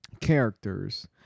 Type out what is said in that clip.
characters